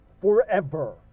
forever